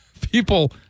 people